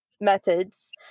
methods